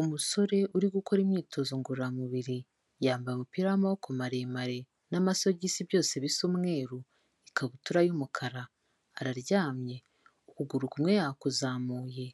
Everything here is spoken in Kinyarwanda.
Umusore uri gukora imyitozo ngororamubiri, yambaye ubupira w'amaboko maremare n'amasogisi byose bisa umweru, ikabutura y'umukara, araryamye, ukuguru kumwe yakuzamuye,